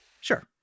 Sure